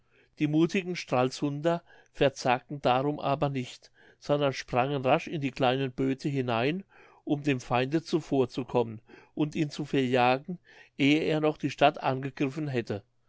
die muthigen stralsunder verzagten darum aber nicht sondern sprangen rasch in die kleinen böte hinein um dem feinde zuvorzukommen und ihn zu verjagen ehe er noch die stadt angegriffen hätte